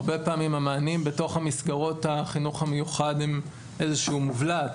הרבה פעמים המענים בתוך מסגרות החינוך המיוחד הם איזשהו מובלעת.